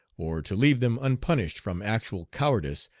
or to leave them unpunished from actual cowardice,